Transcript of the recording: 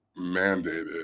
mandated